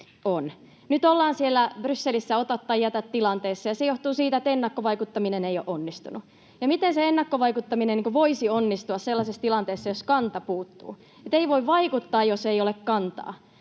Nyt ollaan siellä Brysselissä ota tai jätä ‑tilanteessa, ja se johtuu siitä, että ennakkovaikuttaminen ei ole onnistunut. Ja miten se ennakkovaikuttaminen voisi onnistua sellaisessa tilanteessa, jossa kanta puuttuu? Ei voi vaikuttaa, jos ei ole kantaa.